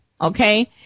okay